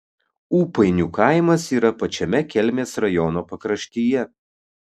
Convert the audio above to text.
ūpainių kaimas yra pačiame kelmės rajono pakraštyje